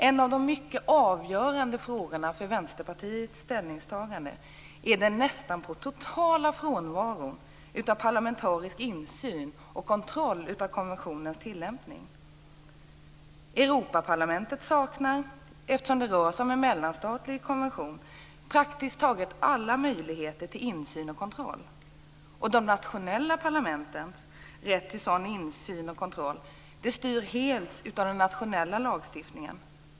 En av de avgörande frågorna för Vänsterpartiets ställningstagande är den nästan totala frånvaron av parlamentarisk insyn i och kontroll av konventionens tillämpning. Europaparlamentet saknar, eftersom det rör sig om en mellanstatlig konvention, praktiskt taget alla möjligheter till insyn och kontroll. De nationella parlamentens rätt till sådan insyn och kontroll styrs helt av den nationella lagstiftningen.